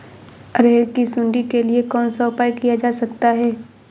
अरहर की सुंडी के लिए कौन सा उपाय किया जा सकता है?